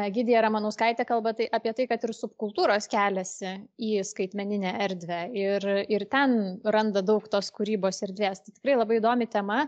egidija ramanauskaitė kalba tai apie tai kad ir subkultūros keliasi į skaitmeninę erdvę ir ir ten randa daug tos kūryboserdvės tai tikrai labai įdomi tema